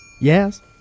Yes